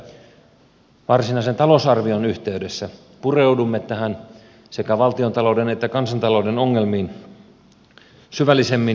keskusta kuitenkin lähtee siitä että varsinaisen talousarvion yhteydessä pureudumme tähän sekä valtiontalouden että kansantalouden ongelmiin syvällisemmin